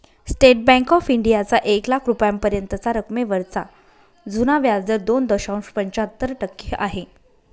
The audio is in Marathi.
स्टेट बँक ऑफ इंडियाचा एक लाख रुपयांपर्यंतच्या रकमेवरचा जुना व्याजदर दोन दशांश पंच्याहत्तर टक्के आहे